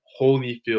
Holyfield